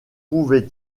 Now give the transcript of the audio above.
pouvait